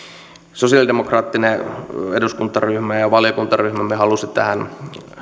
sosialidemokraattinen eduskuntaryhmämme ja ja valiokuntaryhmämme halusivat tähän